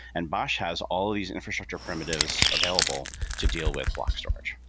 and bosh has all of these infrastructure primitives available to deal with block storage.